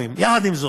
יחד עם זאת,